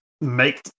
make